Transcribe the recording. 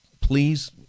please